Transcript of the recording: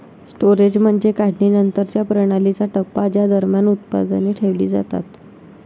storage म्हणजे काढणीनंतरच्या प्रणालीचा टप्पा ज्या दरम्यान उत्पादने ठेवली जातात